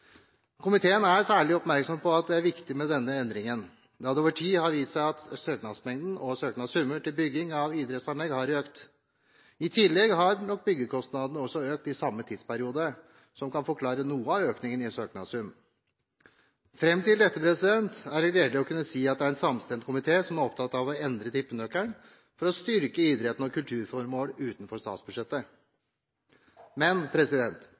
Komiteen er særlig oppmerksom på at det er viktig med denne endringen, da det over tid har vist seg at søknadsmengden og søknadssummer til bygging av idrettsanlegg har økt. I tillegg har nok byggekostnadene også økt i samme tidsperiode, noe som kan forklare noe av økningen i søknadssum. Fram til dette er det gledelig å kunne si at det er en samstemt komité som er opptatt av å endre tippenøkkelen for å styrke idretten og kulturformål utenfor statsbudsjettet. Men